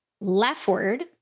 leftward